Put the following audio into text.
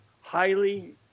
highly